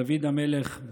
בדוד המלך,